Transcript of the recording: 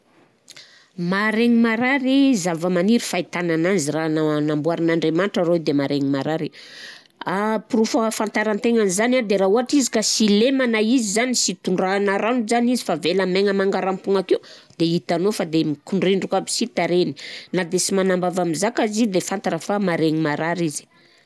Maharegny marary zava-maniry fahitana ananzy raha namboarin'Andriamanitra rô de maharegny marary, porofo ahafantarantegna an'izany a de raha ohatra izy sy lemana izy, sy tondrahanao rano zany izy fa avela maigny mangarampogna akeo de hitanao fa de mikondrendroko aby sy tarehiny na de sy manam-bava mizaka aby zany izy de fantatra fa maharegny marary izy.